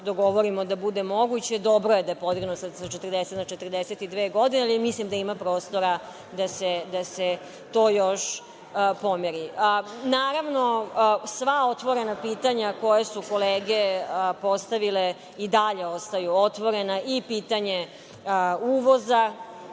da bude moguće. Dobro je da je podignuto sa 40 na 42 godine. Mislim da ima prostora da se to još pomeri. Naravno, sva otvorena pitanja koje su kolege postavile i dalje ostaju otvorena. Pitanje uvoza.